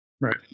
right